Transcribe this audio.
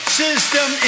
system